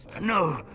No